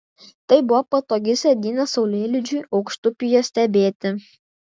tai buvo patogi sėdynė saulėlydžiui aukštupyje stebėti